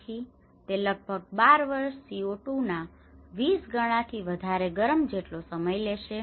તેથી તે લગભગ 12 વર્ષ CO2 ના 20 ગણા થી વધારે ગરમી જેટલો સમય લેશે